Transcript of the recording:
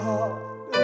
God